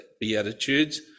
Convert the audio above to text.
Beatitudes